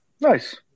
Nice